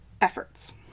efforts